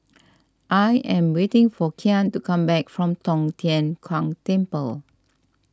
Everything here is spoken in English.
I am waiting for Kyan to come back from Tong Tien Kung Temple